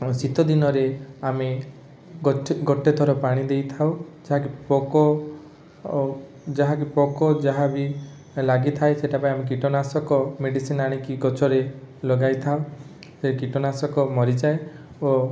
ଆଉ ଶୀତଦିନରେ ଆମେ ଗୋଟେ ଗୋଟେଥର ପାଣି ଦେଇଥାଉ ଯାହାକି ପୋକ ଓ ଯାହାକି ପୋକ ଯାହାବି ଲାଗିଥାଏ ସେଟା ପାଇଁ ଆମେ କୀଟନାଶକ ମେଡ଼ିସିନ୍ ଆଣିକି ଗଛରେ ଲଗାଇଥାଉ ସେଇ କୀଟନାଶକ ମରିଯାଏ ଓ